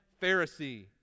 Pharisee